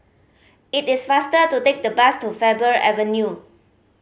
it is faster to take the bus to Faber Avenue